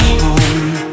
home